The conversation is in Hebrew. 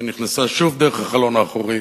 ונכנסה שוב דרך החלון האחורי,